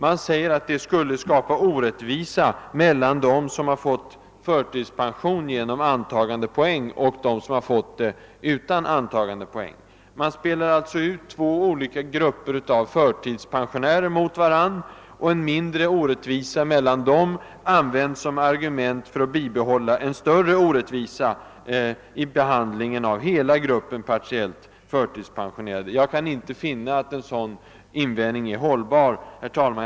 Man har sagt att det skulle skapa orättvisa mellan dem som fått förtidspension genom antagandepoäng och dem som fått det utan sådana poäng. Man spelar med andra ord ut två grupper av förtidspensionärer mot varandra, och en mindre orättvisa mellan dem används som argument för att bi behålla en större orättvisa i behandlingen av hela gruppen partiellt förtidspensionerade. Jag kan inte finna att en sådan invändning är hållbar. Herr talman!